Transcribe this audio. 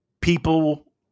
people